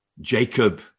Jacob